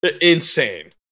Insane